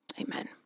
Amen